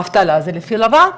אבטלה זה לפי לבן,